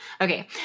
Okay